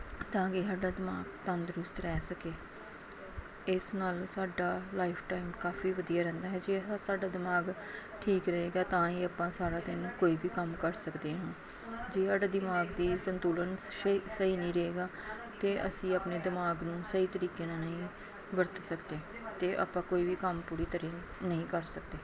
ਤਾਂ ਕਿ ਸਾਡਾ ਦਿਮਾਗ ਤੰਦਰੁਸਤ ਰਹਿ ਸਕੇ ਇਸ ਨਾਲ ਸਾਡਾ ਲਾਈਫਟਾਈਮ ਕਾਫੀ ਵਧੀਆ ਰਹਿੰਦਾ ਹੈ ਜੇ ਆਹ ਸਾਡਾ ਦਿਮਾਗ ਠੀਕ ਰਹੇਗਾ ਤਾਂ ਹੀ ਆਪਾਂ ਸਾਰਾ ਦਿਨ ਕੋਈ ਵੀ ਕੰਮ ਕਰ ਸਕਦੇ ਹਾਂ ਜੇ ਸਾਡਾ ਦਿਮਾਗ ਦੀ ਸੰਤੁਲਨ ਸ਼ਹੀ ਸਹੀ ਨਹੀਂ ਰਹੇਗਾ ਅਤੇ ਅਸੀਂ ਆਪਣੇ ਦਿਮਾਗ ਨੂੰ ਸਹੀ ਤਰੀਕੇ ਨਾਲ ਨਹੀਂ ਵਰਤ ਸਕਦੇ ਅਤੇ ਆਪਾਂ ਕੋਈ ਵੀ ਕੰਮ ਪੂਰੀ ਤਰ੍ਹਾਂ ਨਹੀਂ ਕਰ ਸਕਦੇ